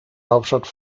hauptstadt